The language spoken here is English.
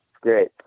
Great